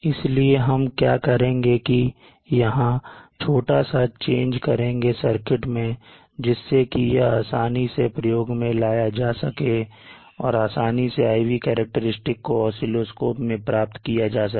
इसलिए हम क्या करेंगे कि यहां छोटा सा चेंज करेंगे सर्किट में जिससे कि यह आसानी से प्रयोग में लाया जा सके और आसानी से IV करैक्टेरिस्टिक्स को oscilloscope मैं प्राप्त किया जा सके